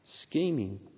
scheming